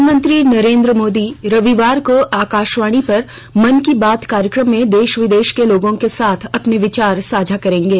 प्रधानमंत्री नरेन्द्र मोदी रविवार को अकाशवाणी पर मन की बात कार्यक्रम में देश विदेश को लोगों के साथ अपने विचार साझा करेंगे